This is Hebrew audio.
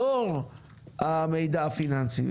לאור המידע הפיננסי.